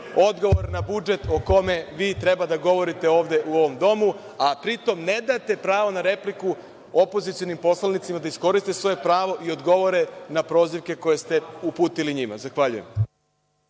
odgovor na budžet o kome vi treba da govorite ovde u ovom domu, a pritom ne date pravo na repliku opozicionim poslanicima da iskoriste svoje pravo i odgovore na prozivke koje ste uputili njima. Zahvaljujem.